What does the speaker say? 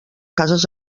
cases